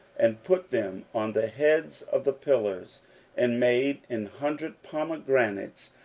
and put them on the heads of the pillars and made an hundred pomegranates,